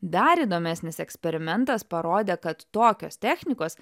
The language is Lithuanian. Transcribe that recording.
dar įdomesnis eksperimentas parodė kad tokios technikos